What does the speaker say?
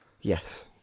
Yes